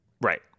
Right